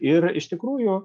ir iš tikrųjų